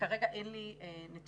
כרגע אין לי נתונים.